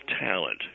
talent